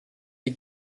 die